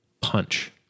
punch